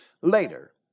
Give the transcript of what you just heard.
Later